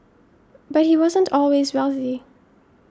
but he wasn't always wealthy